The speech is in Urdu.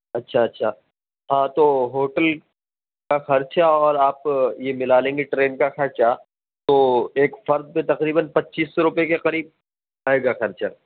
اچھا اچھا ہاں تو ہوٹل کا خرچہ اور آپ یہ ملا لیں گے ٹرین کا خرچہ تو ایک فرد تقریباً پچیس سو روپئے کے قریب آئے گا خرچہ